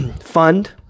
fund